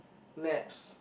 naps